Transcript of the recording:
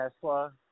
Tesla